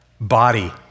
body